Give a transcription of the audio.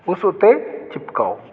ਉਸ ਉੱਤੇ ਚਿਪਕਾਓ